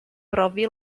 brofi